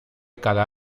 cada